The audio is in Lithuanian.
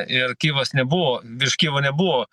ir kyjivas nebuvo virš kyjivo nebuvo